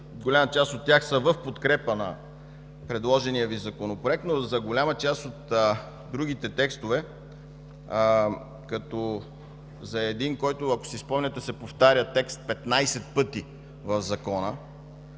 Голяма част от тях са в подкрепа на предложения Законопроект, но за голяма част от другите тестове, като за един, който се повтаря петнадесет пъти в Закона: